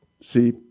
See